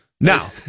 Now